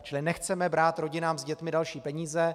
Čili nechceme brát rodinám s dětmi další peníze.